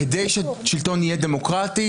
כדי ששלטון יהיה דמוקרטי,